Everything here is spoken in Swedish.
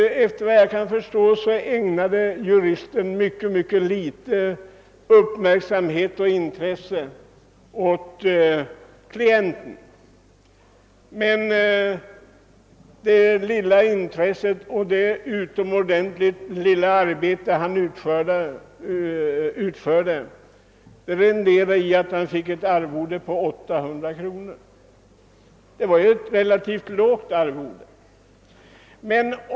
Efter vad jag kan förstå ägnade juristen mycket liten uppmärksamhet och ringa intresse åt klienten. Men det lilla intresse och det utomordentligt obetydliga arbete som juristen utförde renderade honom i alla fall ett arvode på 800 kronor. Det var ett relativt lågt arvode.